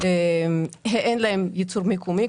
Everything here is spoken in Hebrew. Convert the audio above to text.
אין להם ייצור מקומי,